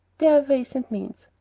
there are ways and means,